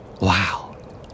Wow